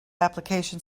application